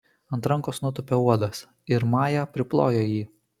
ant rankos nutūpė uodas ir maja priplojo jį